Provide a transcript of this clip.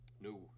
No